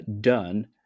done